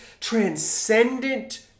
transcendent